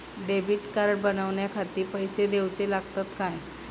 Debit card बनवण्याखाती पैसे दिऊचे लागतात काय?